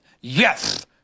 Yes